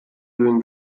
doing